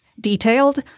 detailed